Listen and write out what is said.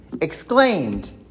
exclaimed